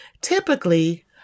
Typically